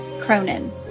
Cronin